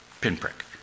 pinprick